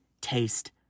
taste